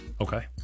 Okay